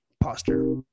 posture